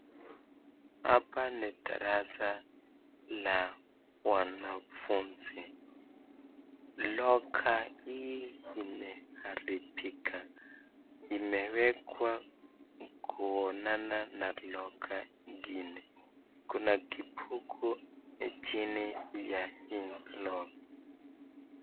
Hapa ni darasa la wanafunzi. Loka hii imeharibika imewekwa kuonana na loka ingine. Kuna kibuku chini ya hii loka.